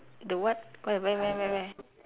the what where where where where where